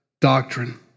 doctrine